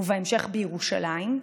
ובהמשך, בירושלים.